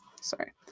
sorry